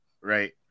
right